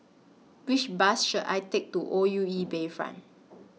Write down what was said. Which Bus should I Take to O U E Bayfront